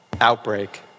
outbreak